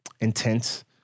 intense